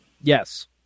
Yes